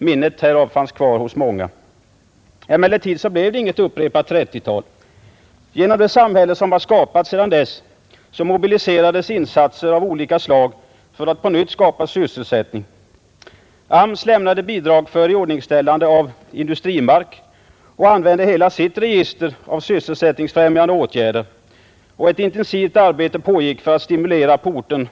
Minnet härav fanns kvar hos många. Emellertid blev det inte något upprepat 1930-tal. Genom det samhälle Nr 53 som har skapats sedan dess mobiliserades insatser av olika slag för att på zz SR ER ä LS SR Tisdagen den nytt skapa sysselsättning. AMS lämnade bidrag för iordningställande av 30 mars 1971 industrimark och använde hela sitt register av sysselsättningsfrämjande ZI åtgärder. Ett intensivt arbete pågick för att stimulera på orten redan Ang.